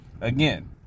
Again